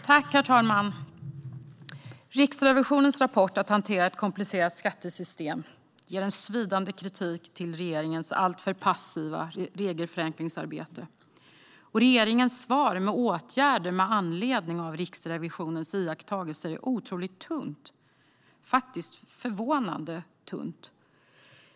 Herr talman! Riksrevisionens rapport Att hantera ett komplicerat skat tesystem är en svidande kritik mot regeringens alltför passiva regelförenklingsarbete. Regeringens svar med åtgärder med anledning av Riksrevisionens iakttagelser är förvånande tunt.